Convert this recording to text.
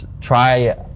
try